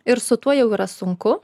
ir su tuo jau yra sunku